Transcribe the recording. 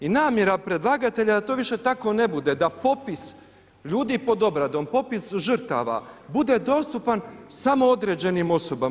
I namjera predlagatelja da to više tako ne bude, da popis ljudi pod obradom, popis žrtava bude dostupan samo određenim osobama.